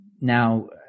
Now